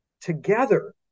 together